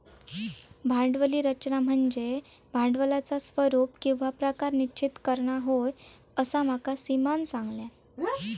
भांडवली रचना म्हनज्ये भांडवलाचा स्वरूप किंवा प्रकार निश्चित करना होय, असा माका सीमानं सांगल्यान